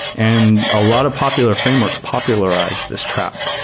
and a lot of popular frameworks popularized this trap.